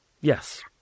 Yes